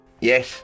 Yes